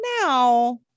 now